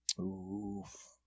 Oof